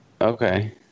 Okay